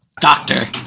Doctor